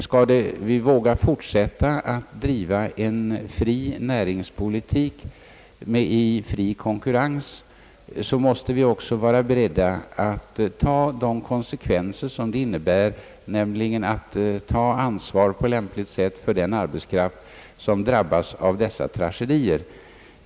Skall vi fortsätta att driva en fri näringspolitik i fri konkurrens, måste vi också vara beredda att ta de konsekvenser som det innebär, nämligen att ta ansvar på lämpligt sätt för den arbetskraft som drabbas av dessa tragedier.